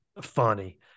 Funny